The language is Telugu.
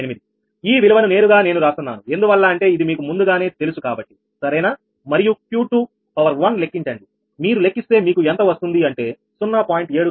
78ఈ విలువను నేరుగా నేను రాస్తున్నాను ఎందువల్ల అంటే ఇది మీకు ముందుగానే తెలుసు కాబట్టి సరేనా మరియు 𝑄2 లెక్కించండి మీరు లెక్కిస్తే మీకు ఎంత వస్తుంది అంటే 0